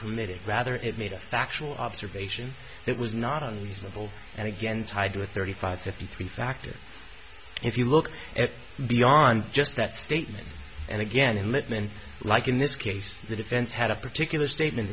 permitted rather it made a factual observation it was not unreasonable and again tied with thirty five fifty three factors if you look at beyond just that statement and again and let men like in this case the defense had a particular statement